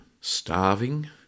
starving